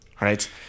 Right